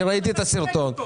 ראיתי את הסרטון.